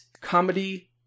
comedy